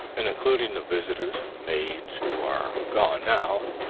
and including the visitors' maids, who are gone now,